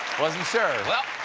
wasn't sure. now,